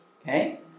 Okay